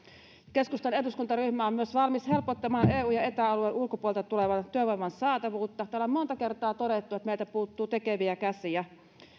keskustan eduskuntaryhmä on myös valmis helpottamaan eu ja eta alueen ulkopuolelta tulevan työvoiman saatavuutta täällä on monta kertaa todettu että meiltä puuttuu tekeviä käsiä